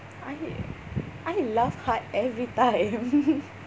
I I laugh hard every time